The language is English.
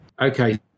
okay